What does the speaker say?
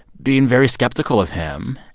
being very skeptical of him.